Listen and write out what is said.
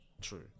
true